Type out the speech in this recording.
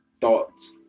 thoughts